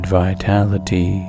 vitality